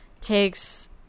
takes